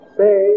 say